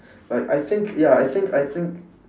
like I think ya I think I think